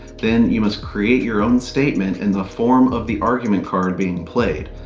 then, you must create your own statement in the form of the argument card being played.